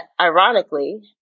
ironically